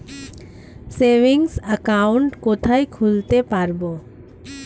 Savings account কোথায় খুলতে পারব?